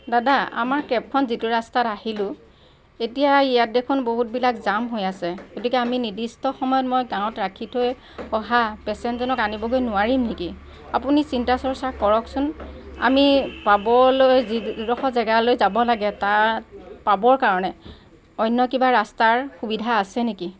দাদা আমাৰ কেবখন যিটো ৰাস্তাত আহিলোঁ এতিয়া ইয়াত দেখোন বহুতবিলাক জাম হৈ আছে গতিকে আমি নিৰ্দিষ্ট সময়ত মই গাঁৱত ৰাখি থৈ অহা পেচেণ্টজনক আনিবগৈ নোৱাৰিম নেকি আপুনি চিন্তা চৰ্চা কৰকচোন আমি পাবলৈ যিডোখৰ জেগালৈ যাব লাগে তাত পাবৰ কাৰণে অন্য কিবা ৰাস্তাৰ সুবিধা আছে নেকি